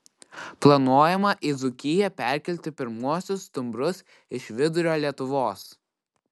planuojama į dzūkiją perkelti pirmuosius stumbrus iš vidurio lietuvos